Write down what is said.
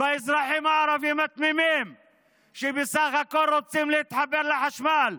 באזרחים הערבים התמימים שבסך הכול רוצים להתחבר לחשמל.